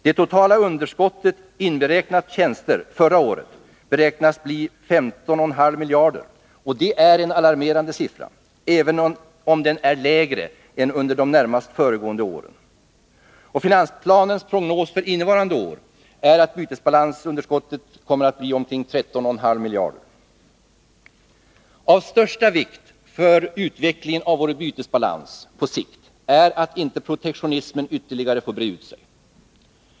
Det totala underskottet inberäknat tjänster förra året beräknas bli 15,5 miljarder, och det är en alarmerande siffra, även om den är lägre än under de närmast föregående åren. Finansplanens prognos för innevarande år är att bytesbalansunderskottet kommer att bli omkring 13,5 miljarder. Av största vikt för utvecklingen av vår bytesbalans på sikt är att inte protektionismen ytterligare får breda ut sig.